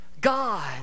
God